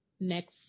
next